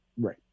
Right